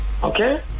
Okay